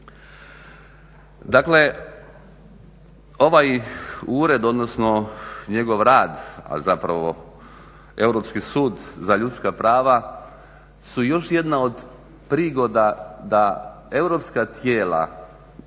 Dakle ovaj ured odnosno njegov rad, a zapravo Europski sud za ljudska prava su još jedna od prigoda da europska tijela